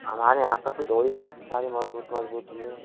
हमारे यहाँ पर डोरी काफ़ी सारी मजबूत है